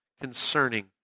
concerning